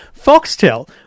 foxtel